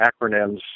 acronyms